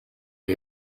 men